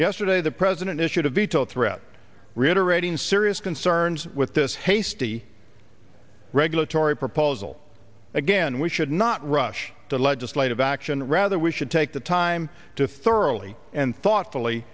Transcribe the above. yesterday the president issued a veto threat reiterating serious concerns with this hasty regulatory proposal again we should not rush to legislative action rather we should take the time to thoroughly and thoughtfully